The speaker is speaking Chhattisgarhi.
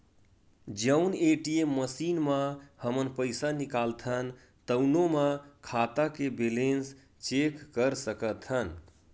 जउन ए.टी.एम मसीन म हमन पइसा निकालथन तउनो म खाता के बेलेंस चेक कर सकत हन